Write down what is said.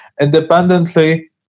Independently